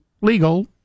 legal